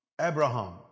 Abraham